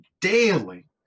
daily